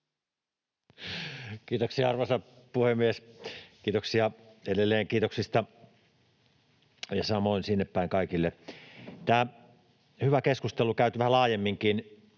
Kiitoksia, arvoisa puhemies! Kiitoksia edelleen kiitoksista ja samoin sinnepäin kaikille. Tätä hyvää keskustelua on käyty vähän laajemminkin